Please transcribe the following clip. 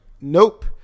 Nope